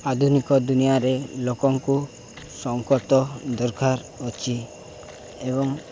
ଆଧୁନିକ ଦୁନିଆରେ ଲୋକଙ୍କୁ ସଂଙ୍କତ ଦରକାର ଅଛି ଏବଂ